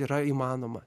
yra įmanoma